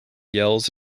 yells